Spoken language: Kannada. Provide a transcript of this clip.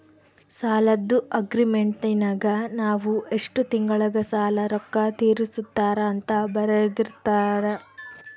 ಸಾಲದ್ದು ಅಗ್ರೀಮೆಂಟಿನಗ ನಾವು ಎಷ್ಟು ತಿಂಗಳಗ ಸಾಲದ ರೊಕ್ಕ ತೀರಿಸುತ್ತಾರ ಅಂತ ಬರೆರ್ದಿರುತ್ತಾರ